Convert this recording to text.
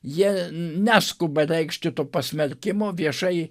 jie neskuba reikšti to pasmerkimo viešai